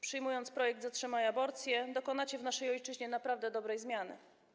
Przyjmując projekt „Zatrzymaj aborcję”, dokonacie w naszej ojczyźnie naprawdę dobrej zmiany.